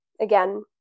again